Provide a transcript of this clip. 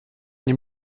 dem